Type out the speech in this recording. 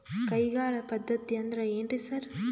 ಕೈಗಾಳ್ ಪದ್ಧತಿ ಅಂದ್ರ್ ಏನ್ರಿ ಸರ್?